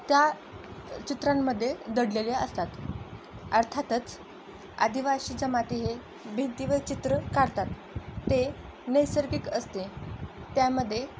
त्या चित्रांमध्ये दडलेले असतात अर्थातच आदिवासी जमाती हे भिंतीवर चित्र काढतात ते नैसर्गिक असते त्यामध्ये